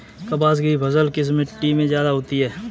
कपास की फसल किस मिट्टी में ज्यादा होता है?